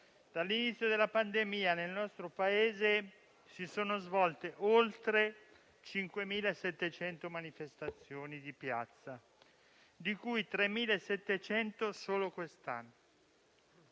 dall'inizio della pandemia, nel nostro Paese si sono svolte oltre 5.700 manifestazioni di piazza, di cui 3.700 solo quest'anno.